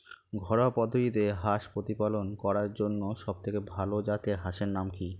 ঘরোয়া পদ্ধতিতে হাঁস প্রতিপালন করার জন্য সবথেকে ভাল জাতের হাঁসের নাম কি?